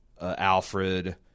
Alfred